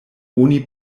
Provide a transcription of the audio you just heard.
oni